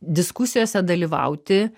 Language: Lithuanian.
diskusijose dalyvauti